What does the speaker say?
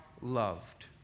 loved